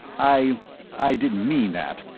i i didn't mean that.